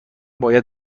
باید